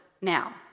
now